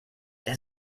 das